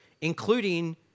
including